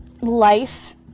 life